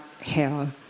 hell